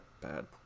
bad